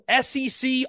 SEC